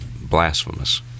blasphemous